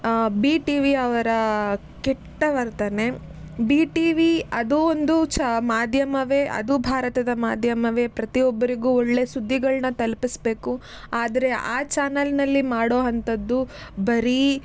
B TV ಅವರ ಕೆಟ್ಟ ವರ್ತನೆ ಬಿ ಟಿವಿ ಅದು ಒಂದು ಚ ಮಾಧ್ಯಮವೇ ಅದೂ ಭಾರತದ ಮಾಧ್ಯಮವೇ ಪ್ರತಿಯೊಬ್ಬರಿಗೂ ಒಳ್ಳೆಯ ಸುದ್ದಿಗಳನ್ನ ತಲುಪಿಸಬೇಕು ಆದರೆ ಆ ಚಾನೆಲ್ನಲ್ಲಿ ಮಾಡೋ ಅಂಥದ್ದು ಬರೀ